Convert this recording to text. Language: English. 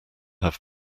have